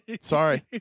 sorry